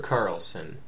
Carlson